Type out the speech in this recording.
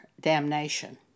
damnation